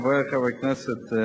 חברי חברי הכנסת,